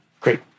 Great